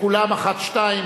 שכולן אחת-שתיים.